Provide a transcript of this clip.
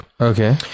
Okay